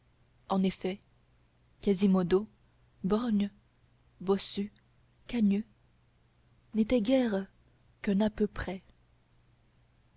en effet quasimodo borgne bossu cagneux n'était guère qu'un à peu près